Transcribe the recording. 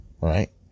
Right